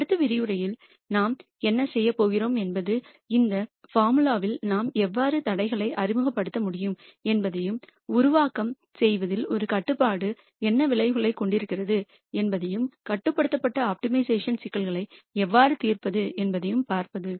அடுத்த விரிவுரையில் நாம் என்ன செய்யப் போகிறோம் என்பது இந்த போர்முலா நாம் எவ்வாறு தடைகளை அறிமுகப்படுத்த முடியும் என்பதையும் உருவாக்கம் செய்வதில் ஒரு கட்டுப்பாடு என்ன விளைவைக் கொண்டிருக்கிறது என்பதையும் கட்டுப்படுத்தப்பட்ட ஆப்டிமைசேஷன் சிக்கல்களை எவ்வாறு தீர்ப்பது என்பதையும் பார்ப்பது